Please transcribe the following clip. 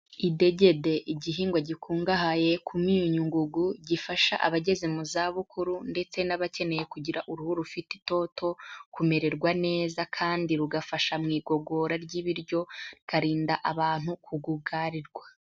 Idegede, igihingwa gikungahaye ku myunyungugu; gifasha abageze mu za bukuru ndetse n'abakeneye kugira uruhu rufite itoto kumererwa neza, kandi rigafasha mu igogora ry'ibiryo, rikarinda abantu kugugarirwa.